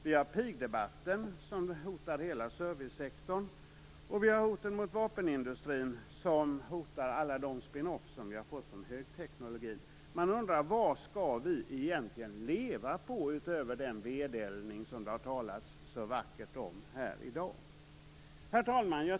Vi har pigdebatten, som hotar hela servicesektorn. Vi har hoten mot vapenindustrin, som hotar alla de spin off som vi har fått från högteknologin. Vad skall vi egentligen leva på utöver den vedeldning som det har talats så vackert om här i dag? Herr talman!